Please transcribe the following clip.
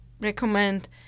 recommend